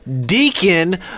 Deacon